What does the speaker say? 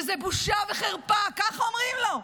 זאת בושה וחרפה, ככה אומרים לו.